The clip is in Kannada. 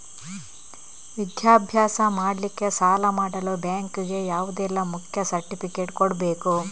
ವಿದ್ಯಾಭ್ಯಾಸ ಮಾಡ್ಲಿಕ್ಕೆ ಸಾಲ ಮಾಡಲು ಬ್ಯಾಂಕ್ ಗೆ ಯಾವುದೆಲ್ಲ ಮುಖ್ಯ ಸರ್ಟಿಫಿಕೇಟ್ ಕೊಡ್ಬೇಕು?